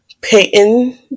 Peyton